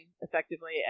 effectively